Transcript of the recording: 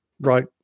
Right